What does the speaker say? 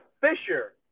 Fisher